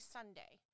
Sunday